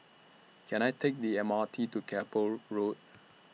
Can I Take The M R T to Keppel Road